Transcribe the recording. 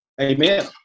Amen